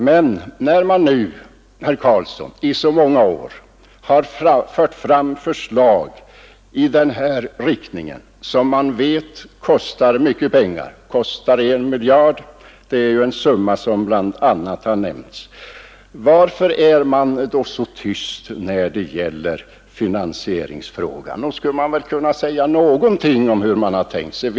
Men varför är man, herr Carlsson i Vikmanshyttan, när man nu i så många år har fört fram förslag i den här riktningen, förslag vilkas förverkligande man vet kostar mycket pengar — 1 miljard kronor är en summa som bl.a. nämnts — så blygsam när det gäller finansieringsfrågan? Nog skulle man kunna säga någonting om hur man tänkt sig finansie ringen.